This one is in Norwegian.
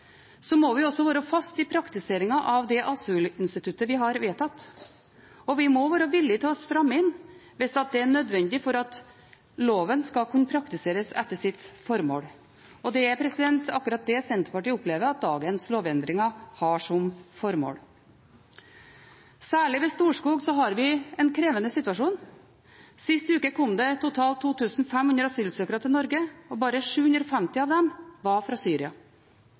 må vi også være faste i praktiseringen av det asylinstituttet vi har vedtatt, og vi må være villige til å stramme inn hvis det er nødvendig for at loven skal kunne praktiseres etter sitt formål. Og det er akkurat det Senterpartiet opplever at dagens lovendringer har som formål. Særlig ved Storskog har vi en krevende situasjon. Sist uke kom det totalt 2 500 asylsøkere til Norge, og bare 750 av dem var fra Syria.